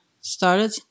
started